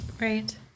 Right